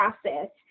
process